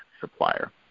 supplier